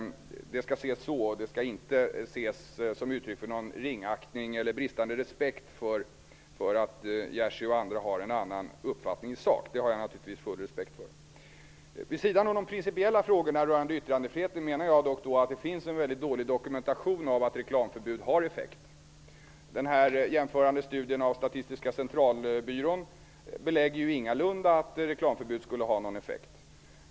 Det skall inte ses som ett uttryck för ringaktning eller bristande respekt för att Jerzy Einhorn och andra har en annan uppfattning i sak. Det har jag naturligtvis full respekt för. Vid sidan om de principiella frågorna rörande yttrandefriheten, menar jag, finns det en dålig dokumentation av att reklamförbud har en effekt. Den jämförande studien gjord av Statistiska centralbyrån belägger ingalunda att reklamförbud skulle ha någon effekt.